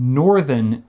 northern